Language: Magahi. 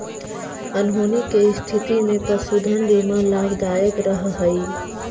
अनहोनी के स्थिति में पशुधन बीमा लाभदायक रह हई